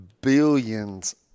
billions